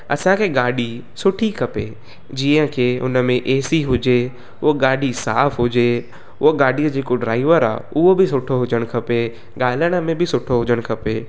असांखे गाॾी सुठी खपे जीअं खे हुन में एसी हुजे उहो गाॾी साफ़ हुजे हुओ गाॾी जो जेको ड्राइवर आहे उहो बि सुठो हुजणु खपे ॻाल्हाइण में बि सुठो हुजणु खपे